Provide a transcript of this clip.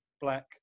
black